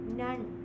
none